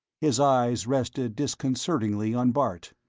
his eyes rested disconcertingly on bart.